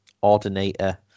ordinator